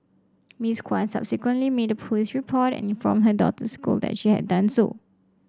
Miss Kwan subsequently made a police report and informed her daughter's school that she had done so